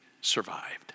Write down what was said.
survived